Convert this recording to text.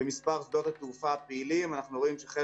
ומספר שדות התעופה הפעילים אנחנו רואים שחלק